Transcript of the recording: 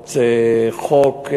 הפרות חוק,